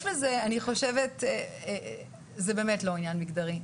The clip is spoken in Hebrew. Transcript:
אני חושבת שזה באמת לא עניין מגדרי.